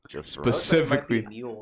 specifically